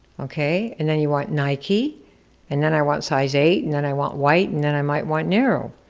okay? and then you want nike and then i want size eight and then i want white and then i might want narrow.